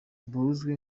buzwi